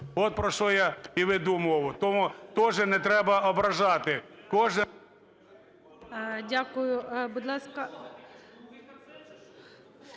от про що я і веду мову, тому тоже не треба ображати,